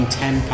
ten